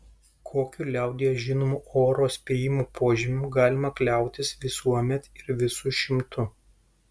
kokiu liaudyje žinomu oro spėjimo požymiu galima kliautis visuomet ir visu šimtu